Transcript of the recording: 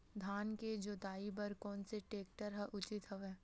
धान के जोताई बर कोन से टेक्टर ह उचित हवय?